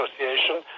Association